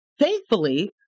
thankfully